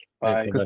Bye